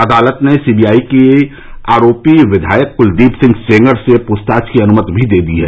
अदालत ने C B I को आरोपी विधायक कलदीप सिंह सेंगर से पृछताछ की अनुमति भी दे दी है